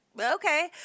okay